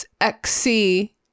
XC